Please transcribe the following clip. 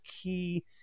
key